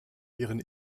ihren